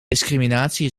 discriminatie